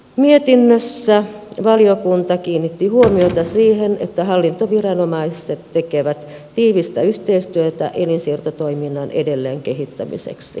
mietinnössä valiokunta kiinnitti huomiota siihen että hallintoviranomaiset tekevät tiivistä yhteistyötä elinsiirtotoiminnan edelleenkehittämiseksi